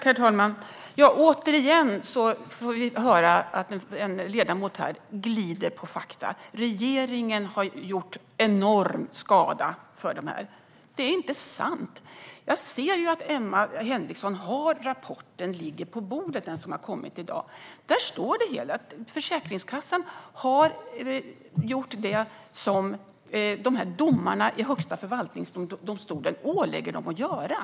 Herr talman! Åter hör vi en ledamot glida på fakta och säga att regeringen har gjort enorm skada. Det är inte sant. Jag ser att den rapport som kom i dag ligger på Emma Henrikssons plats, och där står det att Försäkringskassan har gjort det som domarna i Högsta förvaltningsdomstolen ålägger dem att göra.